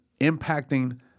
impacting